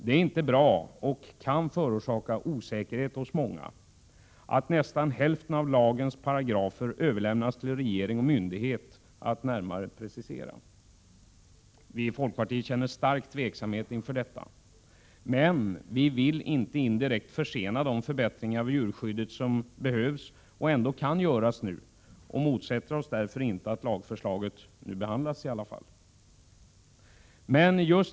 Det är inte bra och kan förorsaka osäkerhet hos många att nästan hälften av alla paragrafer överlämnas till regering och myndighet att närmare precisera. Vi i folkpartiet känner stark tveksamhet inför detta. Men vi vill inte indirekt försena de förbättringar i djurskyddet som behövs och ändå kan göras nu. Vi motsätter oss därför inte att lagförslaget behandlas.